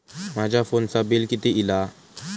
माझ्या फोनचा बिल किती इला?